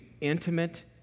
intimate